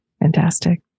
Fantastic